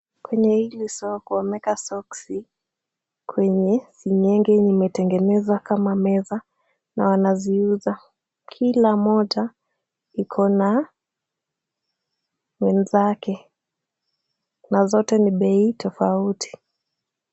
Kwenye hili sako wameweka soksi kwenye singenge yenye ime tengeneza kama meza na wana ziuza. Kila moja iko na wenzake. Na zote ni bei tofauti.